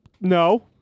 No